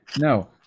No